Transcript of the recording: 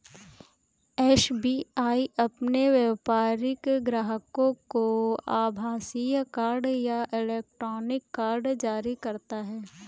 SBI अपने व्यापारिक ग्राहकों को आभासीय कार्ड या इलेक्ट्रॉनिक कार्ड जारी करता है